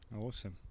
Awesome